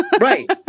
Right